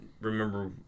remember